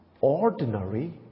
ordinary